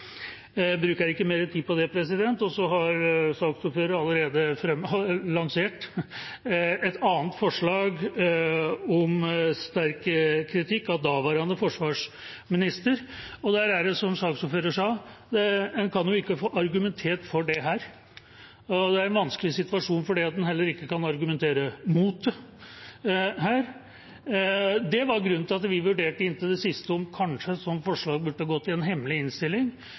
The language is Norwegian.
bruker ikke mer tid på det. Saksordføreren har allerede lansert et forslag om sterk kritikk av daværende forsvarsminister, men, som saksordføreren sa, en kan jo ikke få argumentert for det her. Det er en vanskelig situasjon, for en kan heller ikke kan argumentere mot det her. Det var grunnen til at vi vurderte inntil det siste om et sånt forslag kanskje burde